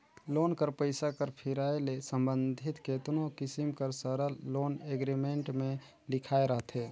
loan कर पइसा कर फिराए ले संबंधित केतनो किसिम कर सरल लोन एग्रीमेंट में लिखाए रहथे